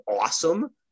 awesome